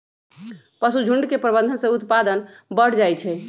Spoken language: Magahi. पशुझुण्ड के प्रबंधन से उत्पादन बढ़ जाइ छइ